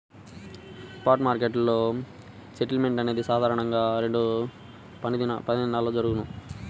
spot మార్కెట్లో settlement అనేది సాధారణంగా రెండు పనిదినాల్లో జరుగుతది,